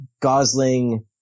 Gosling